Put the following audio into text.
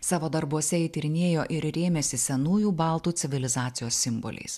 savo darbuose ji tyrinėjo ir rėmėsi senųjų baltų civilizacijos simboliais